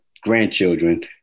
grandchildren